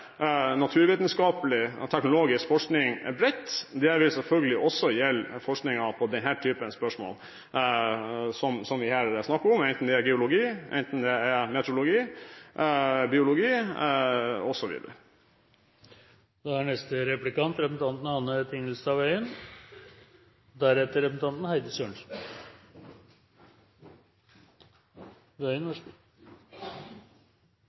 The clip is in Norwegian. naturvitenskapelig og teknologisk forskning bredt. Det vil selvfølgelig også gjelde forskningen på den typen spørsmål som vi her snakker om, enten det er geologi, meteorologi, biologi osv. Jeg har også lyst til å uttrykke en takk til representanten